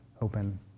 open